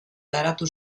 garatu